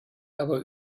aber